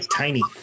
tiny